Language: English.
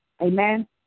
amen